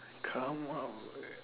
come up